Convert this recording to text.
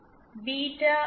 beta R